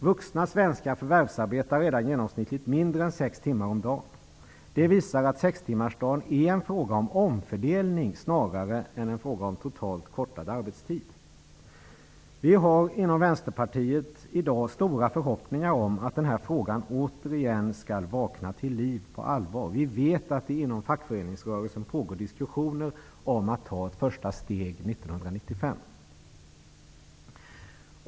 Vuxna svenskar förvärvsarbetar redan genomsnittligt mindre än sex timmar om dagen. Det visar att sextimmarsdagen är en fråga om omfördelning, snarare än en fråga om totalt kortad arbetstid. Vi har inom Vänsterpartiet stora förhoppningar om att den frågan på allvar återigen skall vakna till liv. Vi vet att det inom fackföreningsrörelsen pågår diskussioner om att ta ett första steg år 1995.